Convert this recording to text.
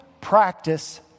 practice